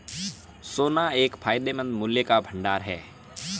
सोना एक फायदेमंद मूल्य का भंडार है